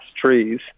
trees